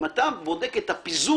אם אתה בודק את הפיזור